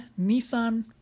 Nissan